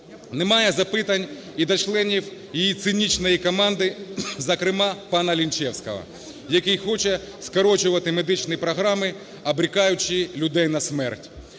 Немає запитань і до членів її цинічної команди, зокрема пана Лінчевського, який хоче скорочувати медичні програми, обрікаючи людей на смерть.